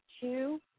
two